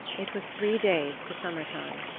it was three days to summer time.